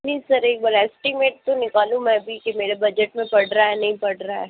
नहीं सर एक बार एस्टीमेट तो निकालूँ मैं भी कि मेरे बजट में पड़ रहा है नहीं पड़ रहा है